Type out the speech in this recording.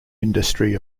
industry